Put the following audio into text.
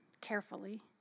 carefully